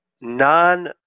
non